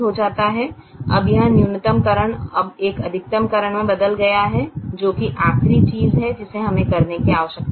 अब यह न्यूनतमकरण अब एक अधिकतमकरण में बदल गया है जो कि आखिरी चीज है जिसे हमें करने की आवश्यकता है